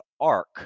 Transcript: Arc